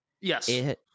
Yes